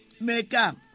Maker